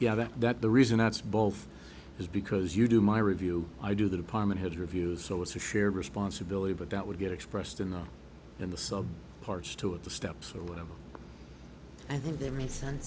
yeah that that the reason that's both is because you do my review i do the department head reviews so it's a shared responsibility but that would get expressed in the in the sub parts to it the steps or whatever i think they really sense